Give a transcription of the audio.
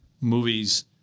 movies